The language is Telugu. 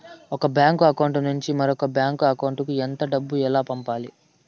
ఒక బ్యాంకు అకౌంట్ నుంచి మరొక బ్యాంకు అకౌంట్ కు ఎంత డబ్బు ఎలా పంపాలి